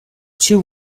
two